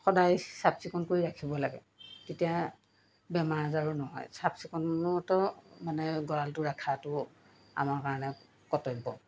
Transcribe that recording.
সদায় চাফ চিকুণ কৰি ৰাখিব লাগে তেতিয়া বেমাৰ আজাৰো নহয় চাফ চিকুণতো মানে গঁড়ালটো ৰখাতো আমাৰ কাৰণে কৰ্তব্য